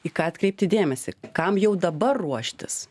į ką atkreipti dėmesį kam jau dabar ruoštis